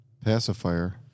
pacifier